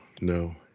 no